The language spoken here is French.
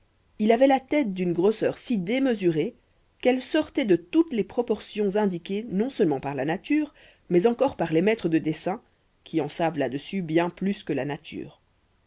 il avait la tête d'une grosseur si démesurée qu'elle sortait de toutes les proportions indiquées non-seulement par la nature mais encore par les maîtres de dessin qui en savent là-dessus bien plus que la nature